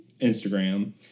Instagram